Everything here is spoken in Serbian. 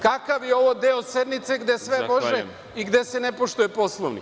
Kakav je ovo deo sednice gde sve može i gde se ne poštuje Poslovnik?